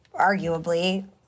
arguably